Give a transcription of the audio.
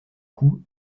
coûts